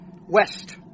West